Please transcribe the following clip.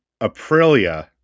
Aprilia